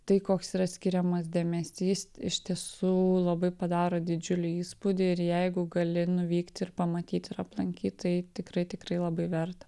tai koks yra skiriamas dėmesys iš tiesų labai padaro didžiulį įspūdį ir jeigu gali nuvykt ir pamatyt ir aplankyt tai tikrai tikrai labai verta